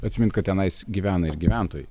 atsimint kad tenais gyvena ir gyventojai